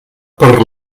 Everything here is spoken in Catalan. per